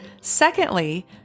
Secondly